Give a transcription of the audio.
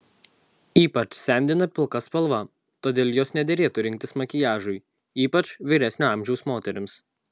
ypač sendina pilka spalva todėl jos nederėtų rinktis makiažui ypač vyresnio amžiaus moterims